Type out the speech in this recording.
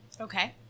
Okay